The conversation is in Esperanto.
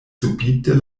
subite